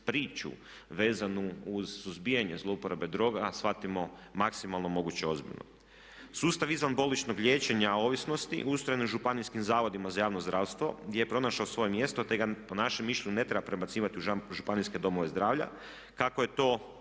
priču vezanu uz suzbijanje zlouporabe droga shvatimo maksimalno moguće ozbiljno. Sustav izvanbolničkog liječenja ovisnosti ustrojen u županijskim Zavodima za javno zdravstvo gdje je pronašao svoje mjesto, te ga po našem mišljenju ne treba prebacivati u županijske domove zdravlja kako je to